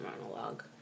monologue